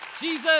Jesus